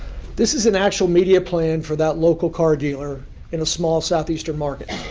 this is a national media plan for that local car dealer in a small southeastern market.